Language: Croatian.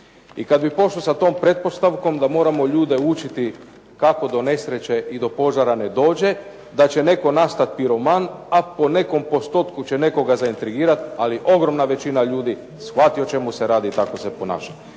I kad bih pošao sa tom pretpostavkom da moramo ljude učiti kako do nesreće i do požara ne dođe, da će netko nastat piroman ako u nekom postotku će nekoga zaintrigirati. Ali ogromna većina ljudi shvati o čemu se radi i tako se ponaša.